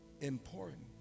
important